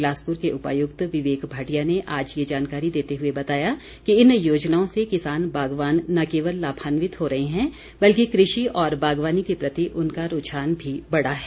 बिलासपुर के उपायुक्त विवेक भाटिया ने आज ये जानकारी देते हुए बताया कि इन योजनाओं से किसान बागवान न केवल लामांन्वित हो रहे हैं बल्कि कृषि और बागवानी के प्रति उनका रूझान भी बढ़ा है